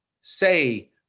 say